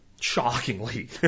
shockingly